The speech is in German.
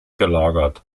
gelagert